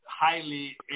highly